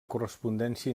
correspondència